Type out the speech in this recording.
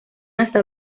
hasta